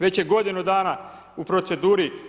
Već je godinu dana u proceduri.